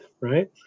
right